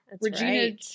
Regina